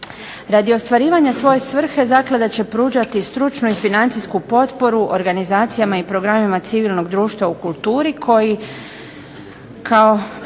Radi ostvarivanja svoje svrhe zaklada će pružati stručnu i financijsku potporu organizacijama i programima civilnog društva u kulturi koji kao